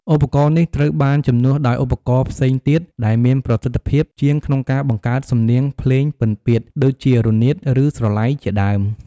ឧបករណ៍នេះត្រូវបានជំនួសដោយឧបករណ៍ផ្សេងទៀតដែលមានប្រសិទ្ធភាពជាងក្នុងការបង្កើតសំនៀងភ្លេងពិណពាទ្យ ដូចជារនាត ឬស្រឡៃជាដើម។